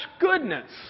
goodness